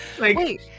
Wait